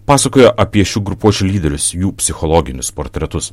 pasakojo apie šių grupuočių lyderius jų psichologinius portretus